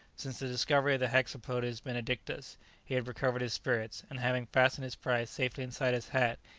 since the discovery of the hexapodes benedictus he had recovered his spirits, and, having fastened his prize safely inside his hat,